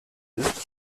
ist